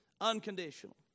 Unconditional